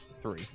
three